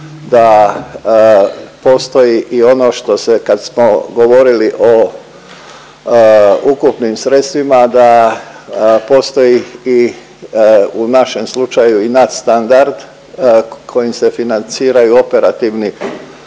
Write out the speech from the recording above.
da postoji i ono što se kad smo govorili o ukupnim sredstvima da postoji i u našem slučaju i nadstandard kojim se financiraju operativni programi